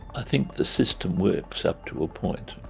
i think the system works up to a point.